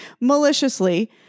maliciously